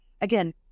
again